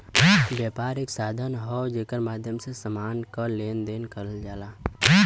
व्यापार एक साधन हौ जेकरे माध्यम से समान क लेन देन करल जाला